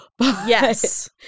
Yes